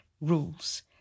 rules